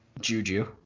Juju